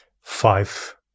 five